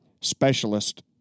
specialist